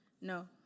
No